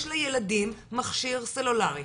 יש לילדים מכשיר סלולרי,